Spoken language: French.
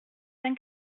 vingt